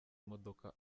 imodoka